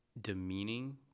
demeaning